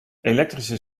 elektrische